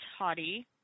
Hottie